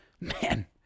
man